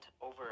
over